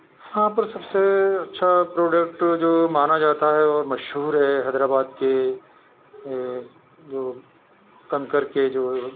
ہاں پر سب سے اچھا پروڈکٹ جو مانا جاتا ہے اور مشہور ہے حیدرآباد کے جو کنکر کے جو